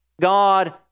God